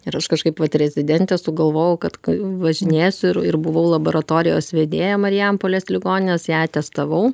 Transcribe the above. ir aš kažkaip vat rezidentė sugalvojau kad važinėsiu ir ir buvau laboratorijos vedėja marijampolės ligoninės ją testavau